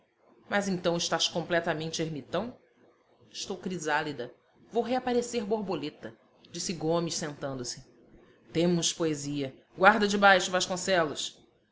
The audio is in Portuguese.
mas então estás completamente ermitão estou crisálida vou reaparecer borboleta disse gomes sentando-se temos poesia guarda debaixo vasconcelos